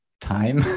time